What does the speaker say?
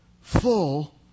full